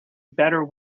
better